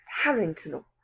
Harrington